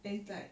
then it's like